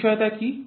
অনিশ্চয়তা কী